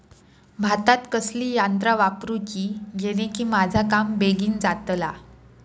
भातात कसली यांत्रा वापरुची जेनेकी माझा काम बेगीन जातला?